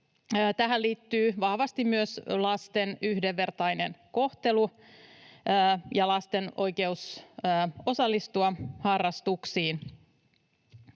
Tähän liittyy vahvasti myös lasten yhdenvertainen kohtelu ja lasten oikeus osallistua harrastuksiin.